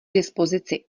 dispozici